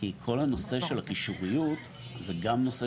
כי כל הנושא של הקישוריות זה גם נושא